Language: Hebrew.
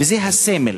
זה הסמל.